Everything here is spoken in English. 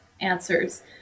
answers